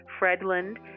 Fredland